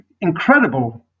incredible